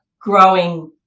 growing